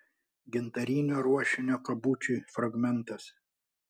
gintarinio ruošinio kabučiui fragmentas